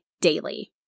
daily